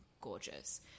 gorgeous